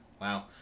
Wow